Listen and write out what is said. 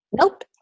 nope